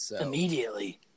Immediately